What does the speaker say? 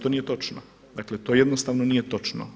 To nije točno, dakle to jednostavno nije točno.